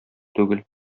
түгел